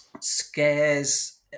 scares